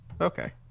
Okay